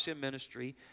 Ministry